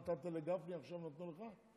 אתמול נתת לגפני, עכשיו נתנו לך?